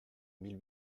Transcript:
mille